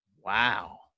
Wow